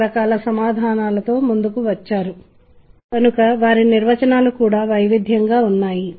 ఇతర వాయిద్యాలతోపాటు ఇతర స్వరాలు వాయించబడుతున్నాయి